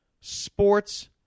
sports